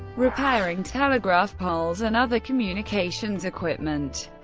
repairing telegraph poles and other communications equipment.